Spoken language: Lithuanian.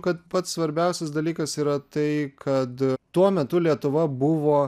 kad pats svarbiausias dalykas yra tai kad tuo metu lietuva buvo